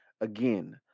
Again